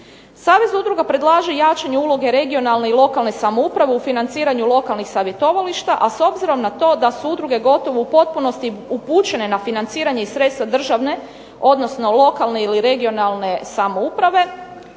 Savez udruga predlaže jačanje uloge regionalne i lokalne samouprave u financiranju lokalnih savjetovališta, a s obzirom na to da su udruge gotovo u potpunosti upućene na financiranje iz sredstava državne, odnosno lokalne ili regionalne samouprave